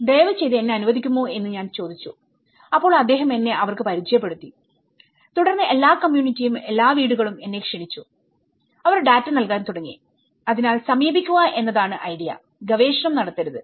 ദയവുചെയ്ത് എന്നെ അനുവദിക്കാമോ എന്ന് ഞാൻ പറഞ്ഞു അപ്പോൾ അദ്ദേഹം എന്നെ അവർക്ക് പരിചയപ്പെടുത്തി തുടർന്ന് എല്ലാ കമ്മ്യൂണിറ്റിയും എല്ലാ വീടുകളും എന്നെ ക്ഷണിച്ചുഅവർ ഡാറ്റ നൽകാൻ തുടങ്ങി അതിനാൽ സമീപിക്കുക എന്നതാണ് ഐഡിയഗവേഷണം നടത്തരുത്